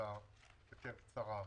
בישיבה יותר קצרה.